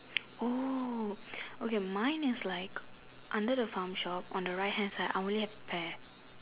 oh okay mine is like under the farm shop on the right hand side I only have pear